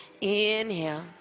Inhale